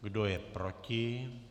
Kdo je proti?